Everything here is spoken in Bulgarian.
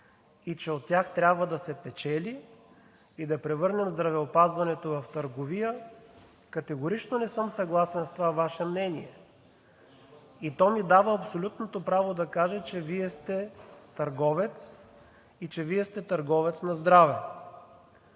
и че от тях трябва да се печели и да превърнем здравеопазването в търговия, категорично не съм съгласен с това Ваше мнение. То ми дава абсолютното право да кажа, че Вие сте търговец и че Вие сте търговец на здраве.